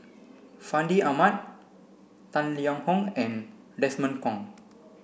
Fandi Ahmad Tang Liang Hong and Desmond Kon